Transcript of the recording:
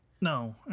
No